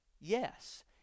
yes